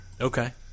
Okay